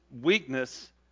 weakness